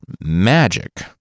Magic